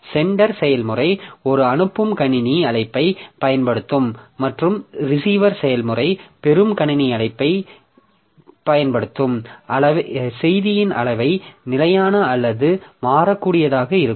centre செயல்முறை ஒரு அனுப்பும் கணினி அழைப்பைப் பயன்படுத்தும் மற்றும் ரிசீவர் செயல்முறை பெறும் கணினி அழைப்பு செய்தி அளவை நிலையான அல்லது மாறக்கூடியதாக இருக்கும்